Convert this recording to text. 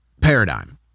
paradigm